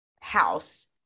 house